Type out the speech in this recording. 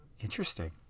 Interesting